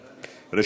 נמנעים.